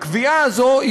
הקביעה הזאת,